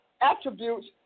attributes